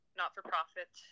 not-for-profit